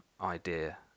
idea